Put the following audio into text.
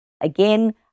Again